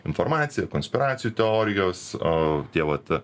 informacija konspiracijų teorijos o tie vat